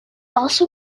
also